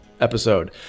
episode